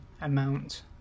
amount